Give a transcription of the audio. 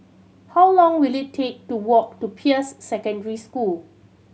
how long will it take to walk to Peirce Secondary School